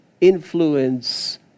influence